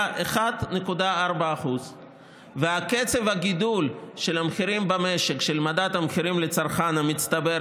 היה 1.4%. קצב הגידול של המחירים במשק של מדד המחירים לצרכן המצטבר,